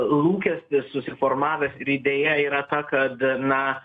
lūkestis susiformavęs ir idėja yra ta kad na